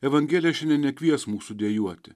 evangelija šiandien nekvies mūsų dejuoti